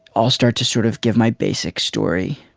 i'll start to sort of give my basic story.